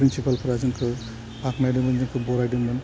प्रिनसिपालफ्रा जोंखौ बाखनायदोंमोन जोंखौ बारायदोंमोन